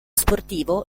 sportivo